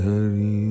Hari